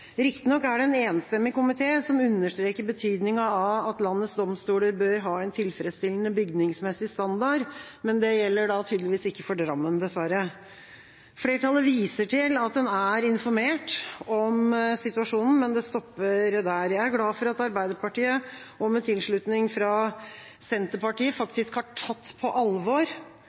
Riktignok er det en enstemmig komité som understreker betydninga av at landets domstoler bør ha en tilfredsstillende bygningsmessig standard, men det gjelder tydeligvis ikke for Drammen, dessverre. Flertallet viser til at en er informert om situasjonen, men det stopper der. Jeg er glad for at Arbeiderpartiet med tilslutning fra Senterpartiet